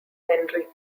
henry